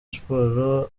sports